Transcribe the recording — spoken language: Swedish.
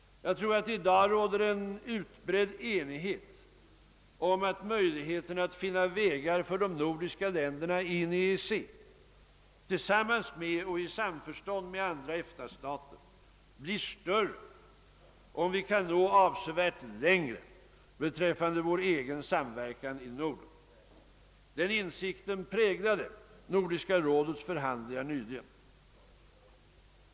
Jag tror att det i dag råder en utbredd enighet om att möjligheterna att finna vägar för de nordiska länderna i EEC, tillsammans med och i samförstånd med andra EFTA-stater, blir större om vi kan nå avsevärt längre beträffande vår egen medverkan i Norden. Den insikten präglade Nordiska rådets förhandlingar nyligen.